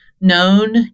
known